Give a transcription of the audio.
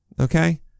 okay